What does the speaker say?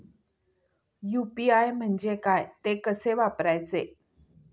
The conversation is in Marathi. यु.पी.आय म्हणजे काय, ते कसे वापरायचे?